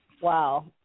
Wow